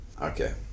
Okay